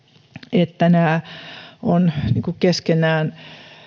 että nämä ovat keskenään